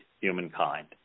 humankind